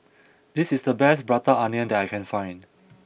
this is the best Prata Onion that I can find